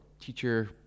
teacher